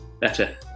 Better